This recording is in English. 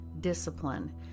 discipline